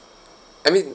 I mean